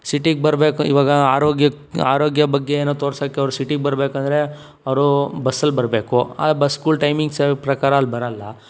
ಸಿಟಿಗೆ ಬರಬೇಕು ಇವಾಗ ಆರೋಗ್ಯಕ್ಕೆ ಆರೋಗ್ಯ ಬಗ್ಗೆ ಏನೋ ತೋರ್ಸೊಕ್ಕೆ ಅವರು ಸಿಟಿಗೆ ಬರಬೇಕು ಅಂದರೆ ಅವರು ಬಸ್ಸಲ್ಲಿ ಬರಬೇಕು ಆ ಬಸ್ಗಳು ಟೈಮಿಂಗ್ಸ್ ಪ್ರಕಾರ ಅಲ್ಲಿ ಬರಲ್ಲ